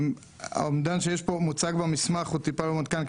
האומדן שמוצג במסמך הוא טיפה לא מעודכן,